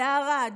בערד,